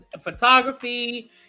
photography